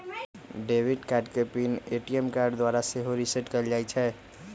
debit card के PIN के ATM द्वारा सेहो रीसेट कएल जा सकै छइ